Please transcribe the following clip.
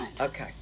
Okay